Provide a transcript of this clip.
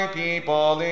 people